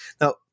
Now